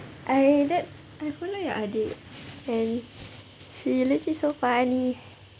I added I follow your adik and she legit so funny